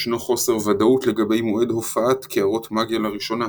ישנו חוסר ודאות לגבי מועד הופעת קערות מאגיה לראשונה,